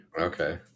Okay